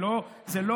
זכרה